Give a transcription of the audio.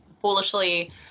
foolishly